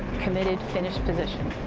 committed, finished position.